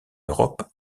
europe